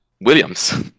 Williams